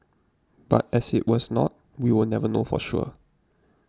but as it was not we will never know for sure